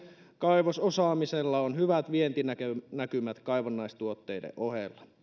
kaivososaamisella on hyvät vientinäkymät kaivannaistuotteiden ohella